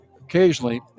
occasionally